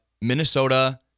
Minnesota